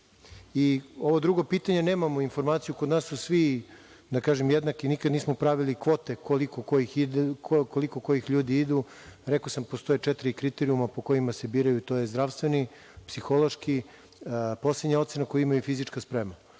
UN.Ovo drugo pitanje, nemamo informaciju. Kod nas su svi jednaki, da kažem. Nikada nismo pravili kvote koliko kojih ljudi ide. Rekao sam postoje četiri kriterijuma po kome se biraju, a to je zdravstveni, psihološki, poslednja ocena koju imaju je fizička sprema.